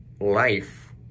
life